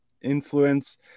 influence